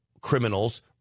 criminals